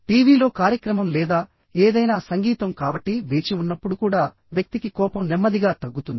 టీవీలో కార్యక్రమం లేదా ఏదైనా సంగీతం కాబట్టి వేచి ఉన్నప్పుడు కూడా వ్యక్తికి కోపం నెమ్మదిగా తగ్గుతుంది